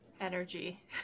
energy